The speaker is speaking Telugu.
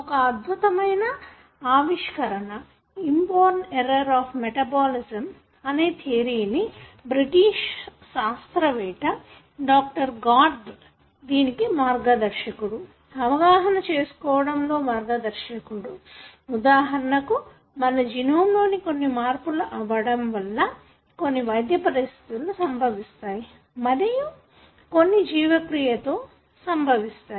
ఒక అద్భుత మైన ఆవిష్కరం "ఇంబోర్న్ ఎర్రర్స్ అఫ్ మెటబాలిజం" అనే థియరీని బ్రిటిష్ శాస్త్రవేత్త డాక్టర్ గార్వ్డ్ దీనికి మార్గదర్శకుడు అవగాహన చేసుకోవడంలో మార్గదర్శకుడు ఉదాహరణకు మన జీనోమ్ లో కొన్ని మార్పులు అవ్వడం వల్ల కొన్ని వైద్యపరిస్థితులు సంభవిస్తాయి మరియు కొన్ని జీవక్రియతో సంభవిస్తాయి